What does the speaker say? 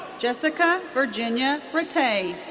jessica virginia rattay.